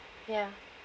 ya